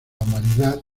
humanidad